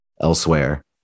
elsewhere